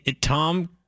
Tom